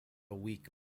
week